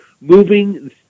moving